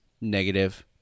negative